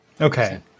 Okay